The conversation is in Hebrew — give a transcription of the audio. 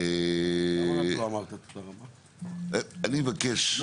הצבעה אושר יוראי תודה רבה, אני מבקש,